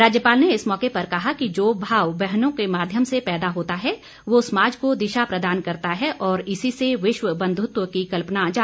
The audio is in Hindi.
राज्यपाल ने इस मौके पर कहा कि जो भाव बहनों के माध्यम से पैदा होता है वह समाज को दिशा प्रदान करता है और इसी से विश्व बंधुत्व की कल्पना जागृत होती है